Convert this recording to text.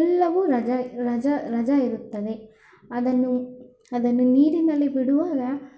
ಎಲ್ಲವೂ ರಜಾ ರಜಾ ರಜಾ ಇರುತ್ತದೆ ಅದನ್ನು ಅದನ್ನು ನೀರಿನಲ್ಲಿ ಬಿಡುವಾಗ ಸ್